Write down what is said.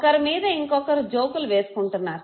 ఒకరి మీద ఇంకొకరు జోకులు వేసుకుంటున్నారు